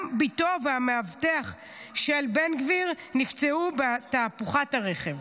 גם הבת והמאבטח של בן גביר נפצעו בתהפוכת הרכב.